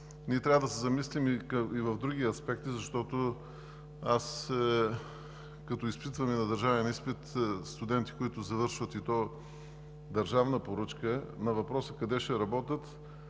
Ние трябва да се замислим и за другите аспекти, защото, когато изпитвам на държавен изпит студенти, които завършват, и то по държавна поръчка, на въпроса къде ще работят